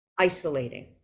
isolating